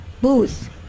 booth